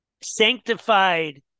sanctified